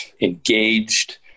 engaged